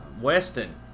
Weston